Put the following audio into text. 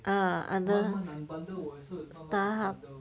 ah under Starhub